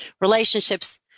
relationships